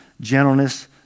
gentleness